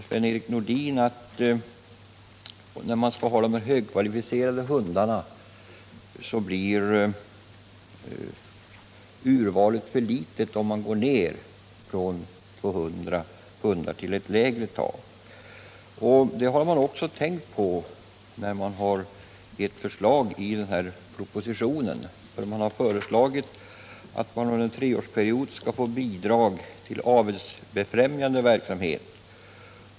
Sven-Erik Nordin sade beträffande de högkvalificerade hundarna att urvalet blir för litet, om man går ned från 200 hundar till ett lägre antal. Det har man också tänkt på vid utarbetandet av propositionen. Man har föreslagit att det under en treårsperiod bör ges bidrag till avelsbefrämjande verksamhet.